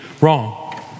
wrong